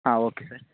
ಹಾಂ okay sir